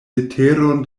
leteron